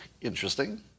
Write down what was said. interesting